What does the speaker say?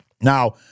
Now